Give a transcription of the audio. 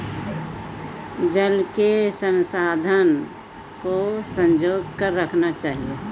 जल के संसाधन को संजो कर रखना चाहिए